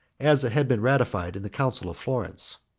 as it had been ratified in the council of florence.